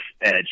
edge